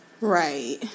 Right